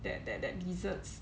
that that that desserts